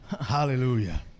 Hallelujah